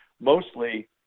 mostly